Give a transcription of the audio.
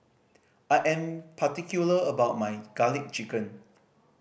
I am particular about my Garlic Chicken